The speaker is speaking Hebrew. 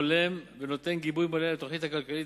הולם ונותן גיבוי מלא לתוכנית הכלכלית,